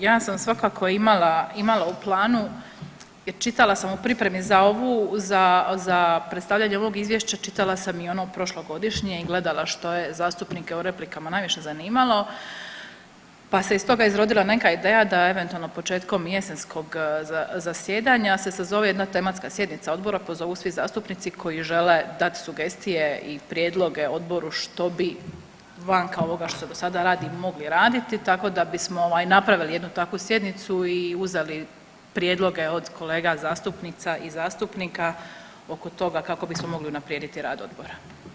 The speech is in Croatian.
Ja sam svakako imala u planu, čitala sam u pripremi za predstavljanje ovog izvješća čitala sam i ono prošlogodišnje i gledala što je zastupnike u replikama najviše zanimalo, pa se iz toga izrodila neka ideja da eventualno početkom jesenskog zasjedanja se sazove jedna tematska sjednica odbora, pozovu svi zastupnici koji žele dat sugestije i prijedloge odboru što bi vanka ovoga što se do sada radi mogli raditi, tako da bismo napravili jednu takvu sjednicu i uzeli prijedloge od kolega zastupnica i zastupnika oko toga kako bismo mogli unaprijediti rad odbora.